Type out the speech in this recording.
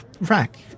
Rack